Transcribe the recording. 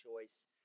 choice